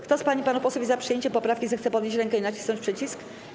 Kto z pań i panów posłów jest za przyjęciem poprawki, zechce podnieść rękę i nacisnąć przycisk.